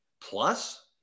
plus